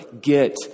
get